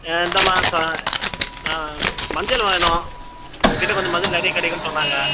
ஆ இந்த மாதம் ஆ மஞ்சள் வாங்கினோம் உங்கள்கிட்ட கொஞ்சம் மஞ்சள் நிறைய கிடைக்குன்னு சொன்னாங்க